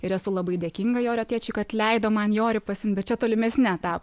ir esu labai dėkinga jorio tėčiui kad leido man jorį pasiimt bet čia tolimesni etapai